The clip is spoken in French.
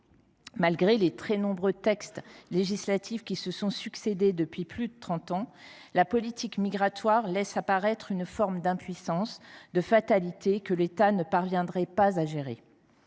Malgré les très nombreux textes législatifs qui se sont succédé depuis plus de trente ans, la politique migratoire laisse apparaître une forme d’impuissance, de fatalité, que l’État ne parviendrait pas à gérer.